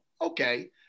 Okay